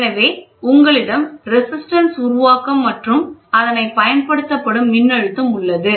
எனவே உங்களிடம் ரேசிஸ்டன்ஸ் உருவாக்கம் மற்றும் அதனை பயன்படுத்தப்படும் மின்னழுத்தம் உள்ளது